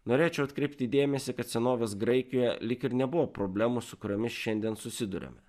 norėčiau atkreipti dėmesį kad senovės graikijoje lyg ir nebuvo problemų su kuriomis šiandien susiduriame